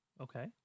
Okay